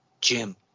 Jim